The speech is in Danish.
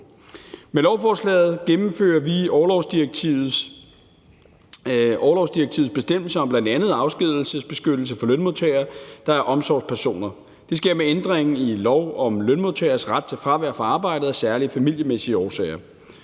Med lovforslaget gennemfører vi orlovsdirektivets bestemmelser om bl.a. afskedigelsesbeskyttelse for lønmodtagere, der er omsorgspersoner. Det sker med ændringen i lov om lønmodtageres ret til fravær fra arbejdet af særlige familiemæssige årsager.